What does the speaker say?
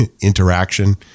interaction